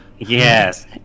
Yes